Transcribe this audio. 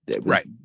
Right